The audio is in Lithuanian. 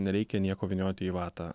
nereikia nieko vynioti į vatą